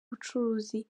n’ubucuruzi